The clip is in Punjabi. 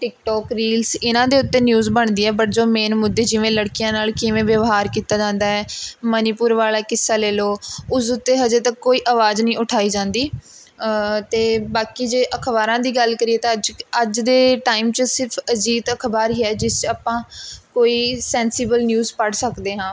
ਟਿੱਕਟੋਕ ਰੀਲਜ਼ ਇਹਨਾਂ ਦੇ ਉੱਤੇ ਨਿਊਜ਼ ਬਣਦੀ ਹੈ ਬਟ ਜੋ ਮੇਨ ਮੁੱਦੇ ਜਿਵੇਂ ਲੜਕੀਆਂ ਨਾਲ਼ ਕਿਵੇਂ ਵਿਵਹਾਰ ਕੀਤਾ ਜਾਂਦਾ ਹੈ ਮਨੀਪੁਰ ਵਾਲਾ ਕਿੱਸਾ ਲੈ ਲਉ ਉਸ ਉੱਤੇ ਹਜੇ ਤੱਕ ਕੋਈ ਅਵਾਜ਼ ਨਹੀਂ ਉਠਾਈ ਜਾਂਦੀ ਅਤੇ ਬਾਕੀ ਜੇ ਅਖ਼ਬਾਰਾਂ ਦੀ ਗੱਲ ਕਰੀਏ ਤਾਂ ਅੱਜ ਅੱਜ ਦੇ ਟਾਈਮ 'ਚ ਸਿਰਫ਼ ਅਜੀਤ ਅਖ਼ਬਾਰ ਹੀ ਹੈ ਜਿਸ 'ਚ ਆਪਾਂ ਕੋਈ ਸੈਂਸੀਵਲ ਨਿਊਜ਼ ਪੜ੍ਹ ਸਕਦੇ ਹਾਂ